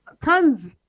tons